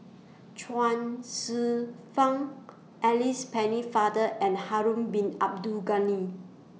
Chuang Hsueh Fang Alice Pennefather and Harun Bin Abdul Ghani